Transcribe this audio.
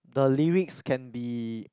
the lyrics can be